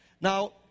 Now